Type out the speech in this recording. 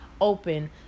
Open